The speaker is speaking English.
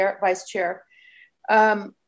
Vice-Chair